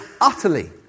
utterly